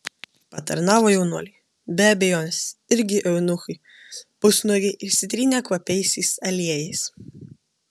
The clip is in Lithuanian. patarnavo jaunuoliai be abejonės irgi eunuchai pusnuogiai išsitrynę kvapiaisiais aliejais